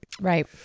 Right